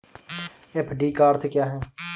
FD का अर्थ क्या है?